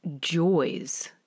joys